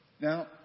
Now